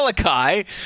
Malachi